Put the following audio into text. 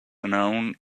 known